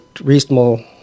reasonable